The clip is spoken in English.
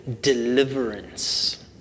deliverance